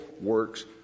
works